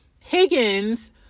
Higgins